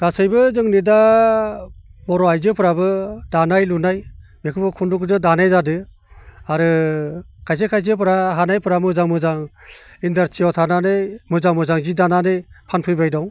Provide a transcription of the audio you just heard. गासैबो जोंनि दा बर' आइजोफोराबो दानाय लुनाय बेखौबो खुन्दुंजों दानाय जादों आरो खायसे खायसेफोरा हानायफोरा मोजां मोजां इन्डास्ट्रियाव थानानै मोजां मोजां जि दानानै फानफैबाय दं